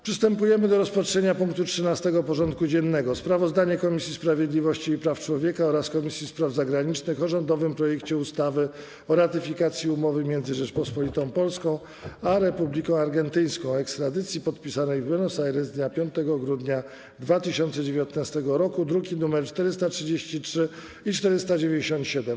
Przystępujemy do rozpatrzenia punktu 13. porządku dziennego: Sprawozdanie Komisji Sprawiedliwości i Praw Człowieka oraz Komisji Spraw Zagranicznych o rządowym projekcie ustawy o ratyfikacji Umowy między Rzecząpospolitą Polską a Republiką Argentyńską o ekstradycji, podpisanej w Buenos Aires dnia 5 grudnia 2019 r. (druki nr 433 i 497)